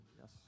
Yes